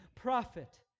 prophet